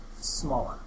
smaller